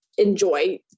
enjoy